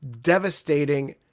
devastating